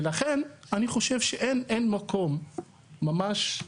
ולכן, אני חושב שאין, אין מקום, ממש,